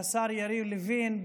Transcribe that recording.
השר יריב לוין,